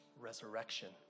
resurrection